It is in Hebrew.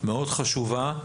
מאוד חשובה.